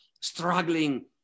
struggling